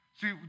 See